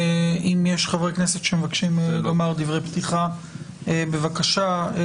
אם יש חברי כנסת שמבקשים לומר דברי פתיחה, בבקשה.